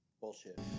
Bullshit